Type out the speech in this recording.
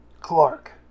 Clark